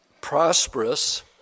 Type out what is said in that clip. prosperous